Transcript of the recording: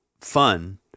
fun